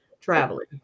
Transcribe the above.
traveling